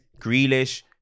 Grealish